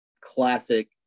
classic